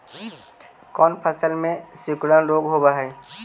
कोन फ़सल में सिकुड़न रोग होब है?